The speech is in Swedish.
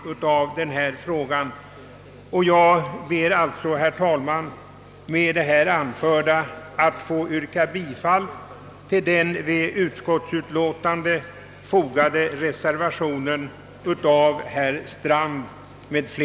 Jag ber med det här anförda att få